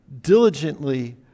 diligently